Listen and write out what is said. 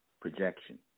projection